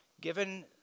given